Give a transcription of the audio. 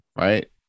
right